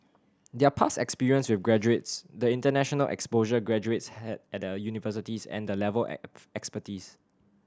their past experience with graduates the international exposure graduates had at the universities and the level expertise